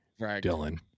Dylan